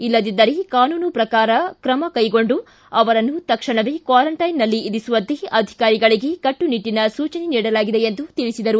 ಇಲ್ಲದಿದ್ದರೇ ಕಾನೂನು ಪ್ರಕಾರ ಕ್ರಮ ಕೈಗೊಂಡು ಅವರನ್ನು ತಕ್ಷಣವೇ ಕ್ವಾರಂಟೈನ್ನಲ್ಲಿ ಇರಿಸುವಂತೆ ಅಧಿಕಾರಿಗಳಿಗೆ ಕಟ್ಟುನಿಟ್ಟಿನ ಸೂಚನೆ ನೀಡಲಾಗಿದೆ ಎಂದು ತಿಳಿಸಿದರು